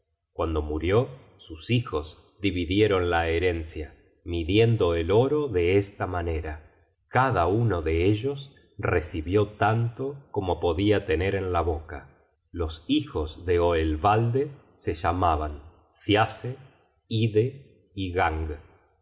guando murió sus hijos dividieron la herencia midiendo el oro de esta manera cada uno de ellos recibió tanto como podia tener en la boca los hijos de oelvalde se llamaban thiasse ide y gang